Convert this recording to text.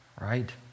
right